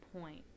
point